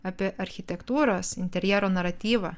apie architektūros interjero naratyvą